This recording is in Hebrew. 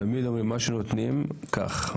תמיד אומרים מה שנותנים לך קח.